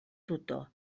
tutor